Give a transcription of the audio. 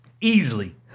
Easily